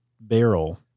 barrel